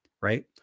Right